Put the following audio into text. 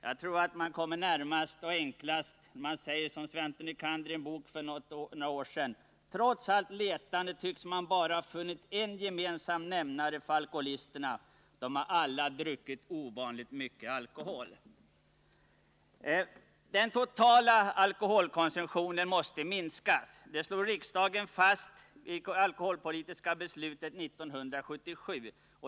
Jag tror att man enklast kommer närmast om man säger som Svante Nycander sade i en bok för några år sedan: Trots allt letande tycks man bara ha funnit en gemensam nämnare för alkoholisterna: De har alla druckit ovanligt mycket alkohol. Den totala alkoholkonsumtionen måste minskas. Det slog riksdagen fast i alkoholpolitiska beslutet 1977.